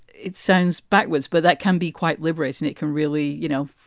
it sounds backwards, but that can be quite liberating. it can really, you know,